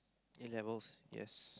A-levels yes